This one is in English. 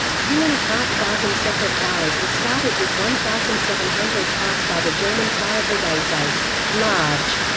two and a half thousand separate fires were started with one thousand seven hundred classed by the german fire brigades as large.